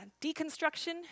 deconstruction